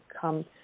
come